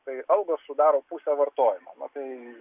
tai algos sudaro pusę vartojimo na tai